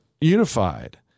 unified